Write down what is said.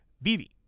Vivi